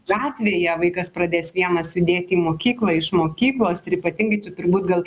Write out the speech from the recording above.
gatvėje vaikas pradės vienas judėti į mokyklą iš mokyklos ir ypatingai čia turbūt gal